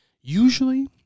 Usually